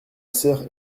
sœur